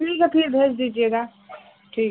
ठीक है फिर भेज दीजिएगा ठीक